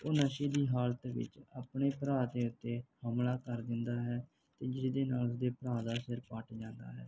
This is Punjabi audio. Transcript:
ਉਹ ਨਸ਼ੇ ਦੀ ਹਾਲਤ ਵਿੱਚ ਆਪਣੇ ਭਰਾ ਦੇ ਉੱਤੇ ਹਮਲਾ ਕਰ ਦਿੰਦਾ ਹੈ ਅਤੇ ਜਿਹਦੇ ਨਾਲ ਉਹਦੇ ਭਰਾ ਦਾ ਸਿਰ ਪਟ ਜਾਂਦਾ ਹੈ